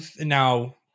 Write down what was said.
now